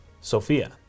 Sophia